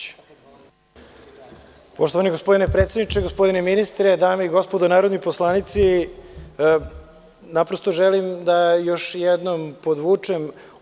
Poštovani gospodine predsedniče, gospodine ministre, dame i gospodo narodni poslanici, naprosto želim da još jednom podvučem.